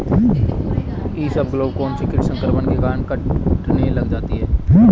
इसबगोल कौनसे कीट संक्रमण के कारण कटने लग जाती है?